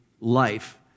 life